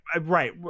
Right